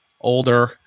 older